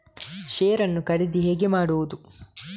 Share ನ್ನು ಖರೀದಿ ಹೇಗೆ ಮಾಡುವುದು?